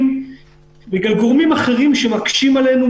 בגלל גורמים אחרים שמקשים אלינו,